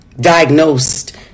diagnosed